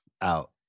out